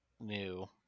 new